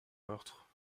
meurtre